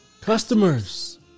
Customers